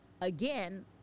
again